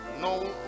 no